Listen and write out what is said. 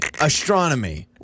astronomy